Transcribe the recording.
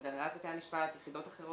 אם זה הנהלת בתי המשפט או יחידות אחרות,